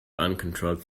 uncontrolled